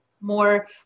more